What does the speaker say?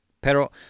Pero